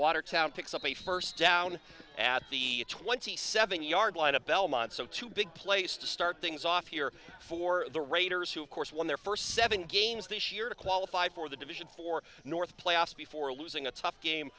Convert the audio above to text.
watertown picks up a first down at the twenty seven yard line at belmont so two big place to start things off here for the raiders who of course won their first seven games this year to qualify for the division four north playoffs before losing a tough game